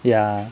ya